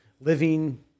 living